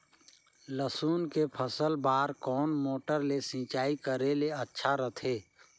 लसुन के फसल बार कोन मोटर ले सिंचाई करे ले अच्छा रथे?